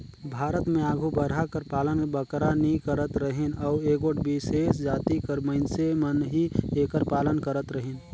भारत में आघु बरहा कर पालन बगरा नी करत रहिन अउ एगोट बिसेस जाति कर मइनसे मन ही एकर पालन करत रहिन